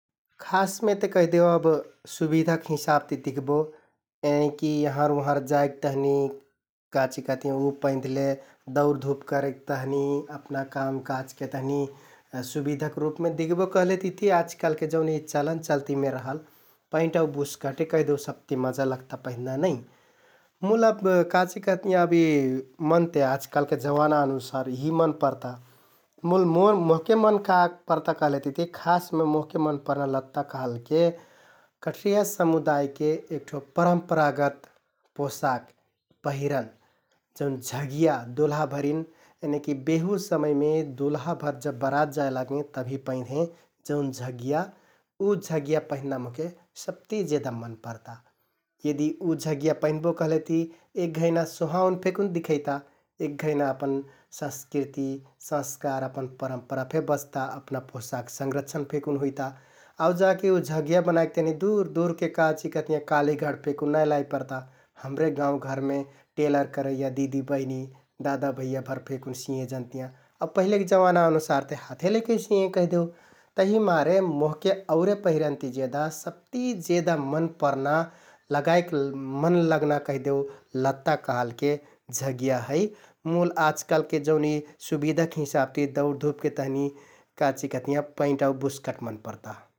खासमे ते कैहदेउ अब सुबिधाक हिसाब ति दिख्बो यनिकि यहँर उहँर जाइक तहनि काचिकहतियाँ उ पैंध्ले दौडधुप करेक तहनि अपना कामकाजके तहनि सुबिधाक रुपमे दिख्बो कहलेतिति आजकाल्हके जौन यि चलन चल्तिमे रहल पैंन्ट आउ बुस्कटे कैहदेउ सबति मजा लगता पैंधना नै । मुल अब काचिकहतियाँ अब इ मन ते आजकालके जमाना अनुसार इहि मन परता । मुल मोर-मोहके मन का परता लहलेतिति खासमे मोहके मन परना लत्ता कहलके कठरिया समुदायके एकठो परम्परागत पोशाक, पहिरन जौन झगिया दुल्हाभरिन यनिकि बेहु समयमे दुल्हाभर जब बरात जाइ लागें तभि पैंधें । जौन झगिया उ झगिया पैंध्‍ना मोहके सबति जेदा मन परता । यदि उ झगिया पैंध्‍बो कहलेति एक घैंना सोहाउन फेकुन दिखैता । एक घैंना अपन संस्कृति, संस्कार, अपन परम्परा फे बच्‍ता, अपना पोशाक संरक्षण फेकुन हुइता । आउ जाके उ झगिया बनाइक तहनि दुर दुरके काचिकहतियाँ कालिगढ फेकुन नाइ लाइ परता । हम्रे गाउँघरमे टेलर करैया दिदि, बहिनि, दादा, भैयाभर फेकुन सिंयें जनतियाँ । अब पहिलेक जवाना अनुसार ते हाथे लैके सिंयें कैहदेउ तहिमारे मोहके औरे पहिरन ति जेदा सबति जेदा मन परना लगाइक मन लगना कैहदेउ लत्ता कहलके झगिया है मुल आजकालके जौन इ सुबिधाक हिसाबति दौड, धुपके तहनि काचिकहतियाँ पैंन्ट आउ बुस्कट मन परता ।